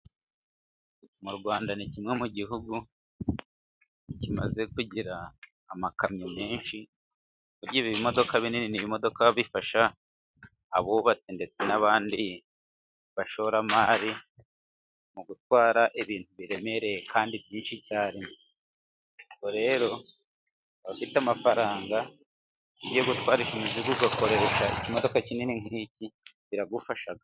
Mu Rwanda ni kimwe mu gihugu kimaze kugira amakamyo menshi, burya ibimodoka binini ni ibimodoka bifasha abubatsi, ndetse n'abandi bashoramari, mu gutwara ibintu biremereye, kandi byinshi cyane, ubwo rero abafite amafaranga yo gutwara imizigo ugakoresha ikimodoka kinini nk'iki biragufasha.